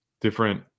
different